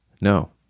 No